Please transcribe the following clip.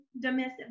domestic